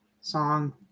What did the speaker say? song